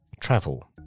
travel